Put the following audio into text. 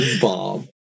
Bob